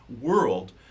world